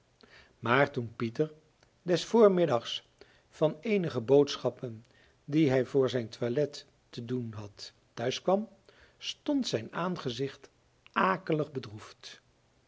maar toen pieter des voormiddags van eenige boodschappen die hij voor zijn toilet te doen had thuis kwam stond zijn aangezicht akelig bedroefd